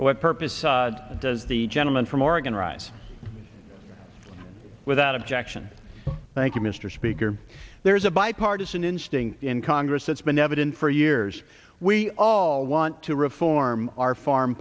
for what purpose does the gentleman from oregon arise without objection thank you mr speaker there's a bipartisan instinct in congress that's been evident for years we all want to reform our f